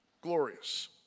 glorious